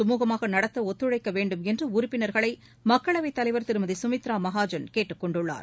சுமுகமாக நடத்த ஒத்துழைக்க வேண்டும் என்று உறுப்பினர்களை மக்களவைத் தலைவர் திருமதி சுமித்ரா மஹாஜன் கேட்டுக் கொண்டுள்ளார்